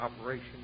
operation